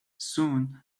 soon